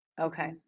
Okay